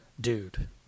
dude